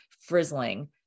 frizzling